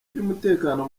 by’umutekano